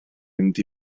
mynd